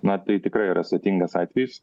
na tai tikrai yra sudėtingas atvejis